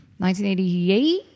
1988